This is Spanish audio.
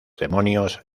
demonios